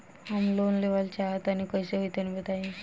हम लोन लेवल चाहऽ तनि कइसे होई तनि बताई?